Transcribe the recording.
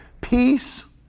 Peace